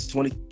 Twenty